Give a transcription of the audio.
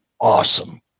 awesome